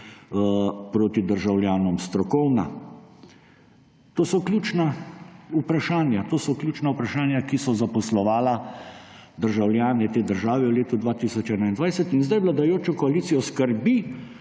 proti državljanom strokovna. To so ključna vprašanja, ki so zaposlovala državljane te države v letu 2021. In sedaj vladajočo koalicijo skrbi,